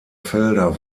felder